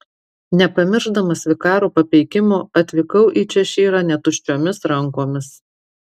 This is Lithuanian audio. nepamiršdamas vikaro papeikimo atvykau į češyrą ne tuščiomis rankomis